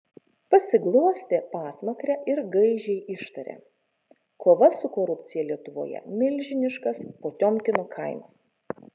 pasiglostė pasmakrę ir gaižiai ištarė kova su korupcija lietuvoje milžiniškas potiomkino kaimas